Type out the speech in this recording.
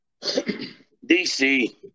DC